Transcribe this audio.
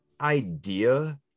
idea